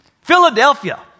Philadelphia